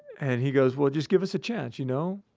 and he goes, well, just give us a chance. you know?